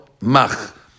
mach